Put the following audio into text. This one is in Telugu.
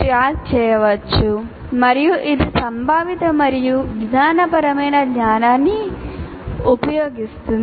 ట్యాగ్ చేయవచ్చు మరియు ఇది సంభావిత మరియు విధానపరమైన జ్ఞానాన్ని ఉపయోగిస్తుంది